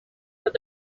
tot